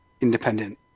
independent